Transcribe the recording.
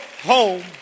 home